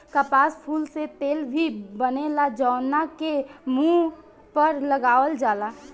कपास फूल से तेल भी बनेला जवना के मुंह पर लगावल जाला